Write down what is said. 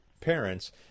parents